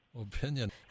opinion